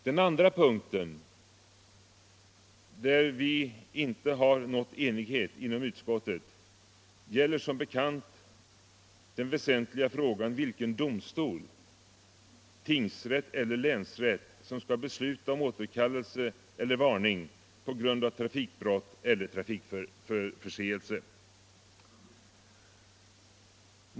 Den andra punkten där vi inte har nått enighet inom utskottet gäller som bekant den väsentliga frågan vilken domstol — tingsrätt eller länsrätt — som skall besluta om återkallelse eller varning på grund av trafikbrott eller trafikförseelse.